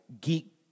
geek